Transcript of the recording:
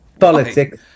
Politics